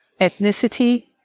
ethnicity